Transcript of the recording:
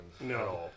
No